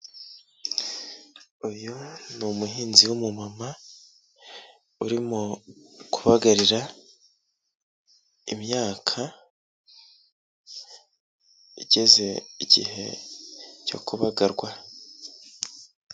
Uyu n'umuhinzi w'umumama urimo kubagarira imyaka igeze igihe cyo kubagarwa.